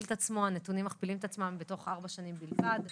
הנתונים מכפילים את עצמם בתוך ארבע שנים בלבד.